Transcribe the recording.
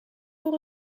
voor